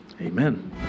Amen